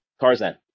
tarzan